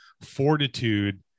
fortitude